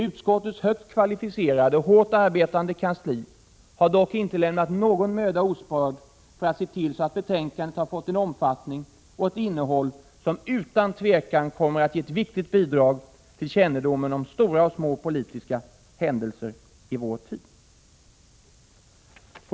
Utskottets högt kvalificerade och hårt arbetande kansli har dock inte lämnat någon möda sparad för att se till att betänkandet har fått en omfattning och ett innehåll som utan tvekan kommer att ge ett viktigt bidrag till kännedomen om stora och små politiska händelser i vår tid.